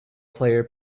player